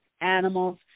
animals